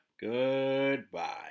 Goodbye